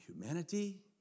humanity